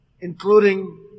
including